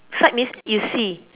sight means you see